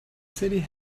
city